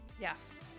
Yes